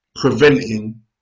preventing